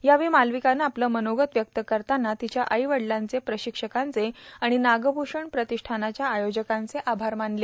यावेळी मालविकानं आपलं मनोगत व्यक्त करताना तिच्या आई बडिलांचे प्रशिक्षकांचे आणि नागभूषण प्रतिष्ठानच्या आयोजकांचे आभार मानले